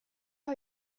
har